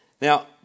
Now